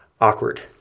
awkward